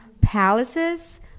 palaces